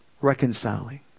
Reconciling